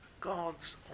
God's